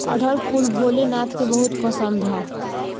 अढ़ऊल फूल भोले नाथ के बहुत पसंद ह